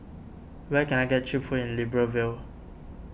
where can I get Cheap Food in Libreville